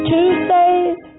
Tuesdays